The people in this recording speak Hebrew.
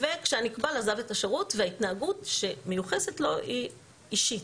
וכשהנקבל עזב את השירות וההתנהגות שמיוחסת לו היא אישית,